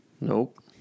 Nope